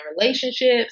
relationships